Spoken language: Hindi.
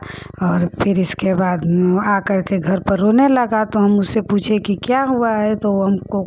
और फिर इसके बाद आ कर के घर पर रोने लगा तो हम उससे पूछे कि क्या हुआ है तो वह हमको